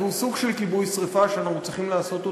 והוא סוג של כיבוי שרפה שאנחנו צריכים לעשות אותו,